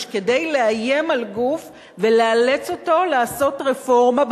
כדי לאיים על גוף ולאלץ אותו לעשות רפורמה.